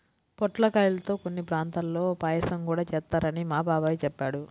పొట్లకాయల్తో కొన్ని ప్రాంతాల్లో పాయసం గూడా చేత్తారని మా బాబాయ్ చెప్పాడు